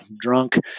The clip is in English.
drunk